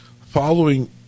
following